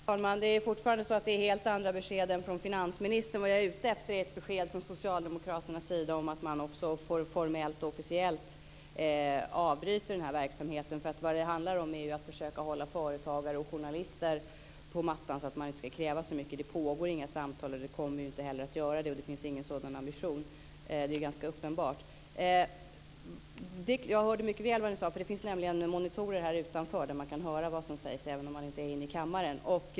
Herr talman! Det är fortfarande helt andra besked än dem vi får från finansministern. Vad jag är ute efter är ett besked från socialdemokraternas sida om att de också formellt och officiellt avbryter den här verksamheten. Det handlar ju om att försöka hålla företagare och journalister på mattan så att de inte ska kräva så mycket. Det pågår inga samtal, och det kommer inte heller att göra det. Det finns ingen sådan ambition - det är ganska uppenbart. Jag hörde mycket väl vad Lars U Granberg sade. Det finns nämligen monitorer här utanför där man kan höra vad som sägs även om man inte är inne i kammaren.